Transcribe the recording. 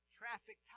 traffic